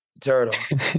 Turtle